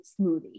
smoothie